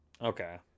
Okay